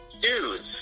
Dudes